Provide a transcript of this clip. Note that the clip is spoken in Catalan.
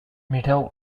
mireu